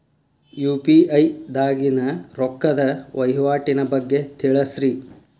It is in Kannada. ಯು.ಪಿ.ಐ ದಾಗಿನ ರೊಕ್ಕದ ವಹಿವಾಟಿನ ಬಗ್ಗೆ ತಿಳಸ್ರಿ